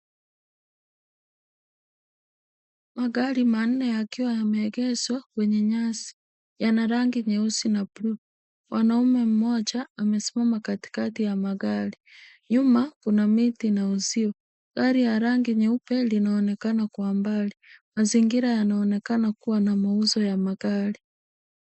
Magari manne yakiwa yameegeshwa kwenye nyasi yana rangi nyeusi na bluu. Mwanaume mmoja amesimama katikati ya magari. Nyuma kuna miti na uzio. Gari ya rangi nyeupe linaonekana kwa mbali. Mazingira yanaonekana kuwa na mauzo ya magari.